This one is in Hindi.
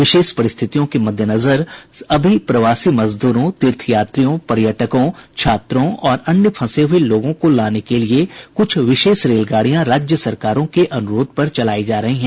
विशेष परिस्थितियों के मद्देनजर अभी प्रवासी मजदूरों तीर्थयात्रियों पर्यटकों छात्रों और अन्य फंसे हुए लोगों को लाने के लिए कुछ विशेष रेलगाडियां राज्य सरकारों के अनुरोध पर चलाई जा रही हैं